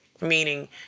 meaning